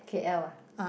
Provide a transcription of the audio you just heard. K_L uh